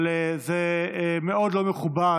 אבל זה מאוד לא מכובד,